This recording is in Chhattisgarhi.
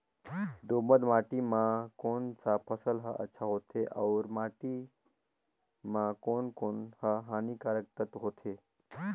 दोमट माटी मां कोन सा फसल ह अच्छा होथे अउर माटी म कोन कोन स हानिकारक तत्व होथे?